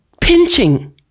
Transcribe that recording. pinching